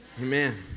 Amen